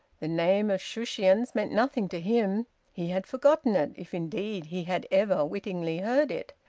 the name of shushions meant nothing to him he had forgotten it, if indeed he had ever wittingly heard it.